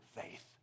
faith